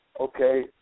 Okay